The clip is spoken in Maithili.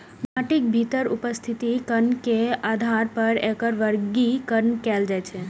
माटिक भीतर उपस्थित कण के आधार पर एकर वर्गीकरण कैल जाइ छै